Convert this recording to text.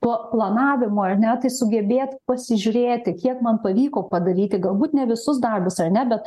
tuo planavimo ar ne tai sugebėt pasižiūrėti kiek man pavyko padaryt tai galbūt ne visus darbus ar ne bet